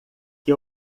que